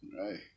Right